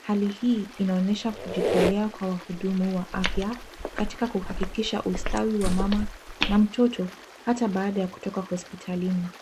Hali hii inaonyesha kujitolea kwa wahudumu wa afya katika kuhakikisha ustawi wa mama na mtoto hata baada ya kutoka hospitalini.